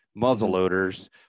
muzzleloaders